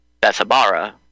Bethabara